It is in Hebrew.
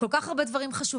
כל כך הרבה דברים חשובים,